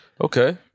Okay